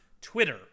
Twitter